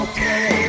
Okay